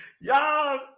Y'all